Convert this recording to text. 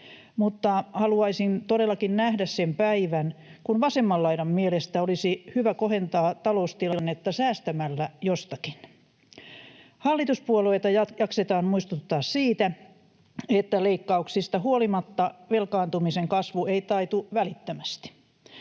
Mutta haluaisin todellakin nähdä sen päivän, kun vasemman laidan mielestä olisi hyvä kohentaa taloustilannetta säästämällä jostakin. Hallituspuolueita jaksetaan muistuttaa siitä, että leikkauksista huolimatta velkaantumisen kasvu ei taitu välittömästi.